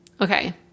Okay